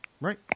Right